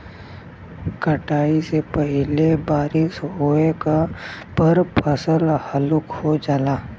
कटाई से पहिले बारिस होये पर फसल हल्लुक हो जाला